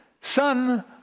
son